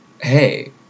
hey